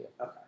Okay